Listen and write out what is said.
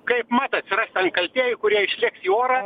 kaipmat atsiras kaltieji kurie išlėks į orą